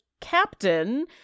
captain